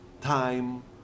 time